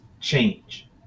change